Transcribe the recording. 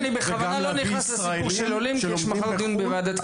אני בכוונה לא נכנס לסיפור של העולים כי יש מחר דיון בוועדת הקליטה.